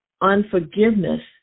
unforgiveness